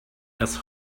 das